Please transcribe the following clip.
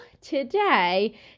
today